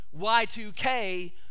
Y2K